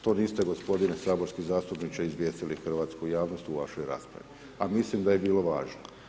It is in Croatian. To niste gospodine saborski zastupniče izvijestili hrvatsku javnost u vašoj raspravi, a mislim da je bilo važno.